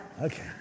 Okay